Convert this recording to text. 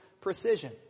precision